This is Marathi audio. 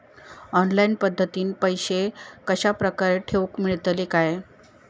ऑनलाइन पद्धतीन पैसे कश्या प्रकारे ठेऊक मेळतले काय?